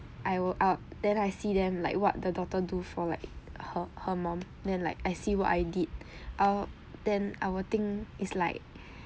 I will up then I see them like what the daughter do for like her her mum then like I see what I did then I will think it's like